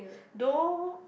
no